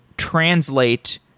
translate